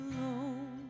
alone